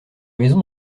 maison